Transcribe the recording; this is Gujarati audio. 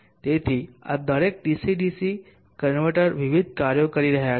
તેથી આ દરેક ડીસી ડીસી કન્વર્ટર વિવિધ કાર્યો કરી રહ્યા છે